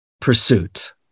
pursuit